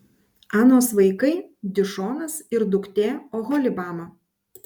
anos vaikai dišonas ir duktė oholibama